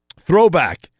Throwback